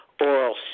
oral